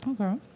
Okay